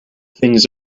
things